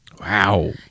Wow